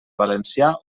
valencià